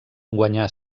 guanyà